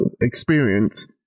experience